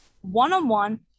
one-on-one